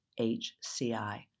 HCI